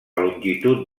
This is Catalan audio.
longitud